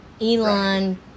Elon